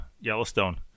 yellowstone